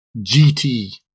GT